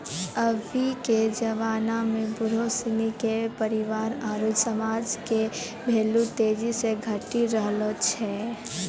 अभी के जबाना में बुढ़ो सिनी के परिवार आरु समाज मे भेल्यू तेजी से घटी रहलो छै